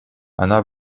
она